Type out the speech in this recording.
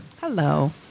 Hello